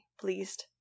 pleased